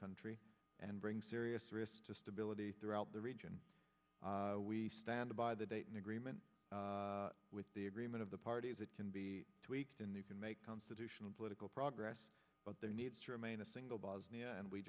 country and bring serious risks to stability throughout the region we stand by the dayton agreement with the agreement of the parties it can be tweaked in the can make constitutional political progress but there needs to remain a single bosnia and we